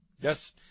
Yes